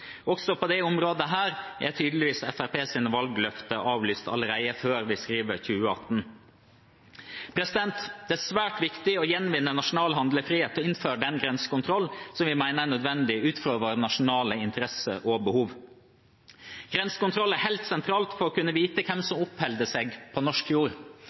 Også på dette området er tydeligvis Fremskrittspartiets valgløfter avlyst allerede før vi skriver 2018. Det er svært viktig å gjenvinne nasjonal handlefrihet og innføre den grensekontrollen som vi mener er nødvendig ut fra våre nasjonale interesser og behov. Grensekontroll er helt sentralt for å kunne vite hvem som oppholder seg på norsk jord,